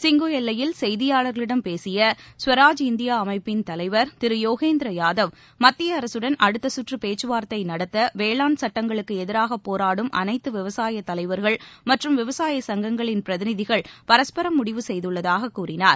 சிங்கு எல்லையில் செய்தியாளர்களிடம் பேசிய ஸ்வராஜ் இந்தியா அமைப்பின் தலைவர் திரு யோகேந்திர யாதவ் மத்திய அரசுடன் அடுத்த சுற்று பேச்சு வார்த்தை நடத்த வேளாண் சுட்டங்களுக்கு எதிராக போராடும் அனைத்து விவசாய தலைவர்கள் மற்றும் விவசாய சங்கங்களின் பிரதிநிதிகள் பரஸ்பரம் முடிவு செய்துள்ளதாக கூறினார்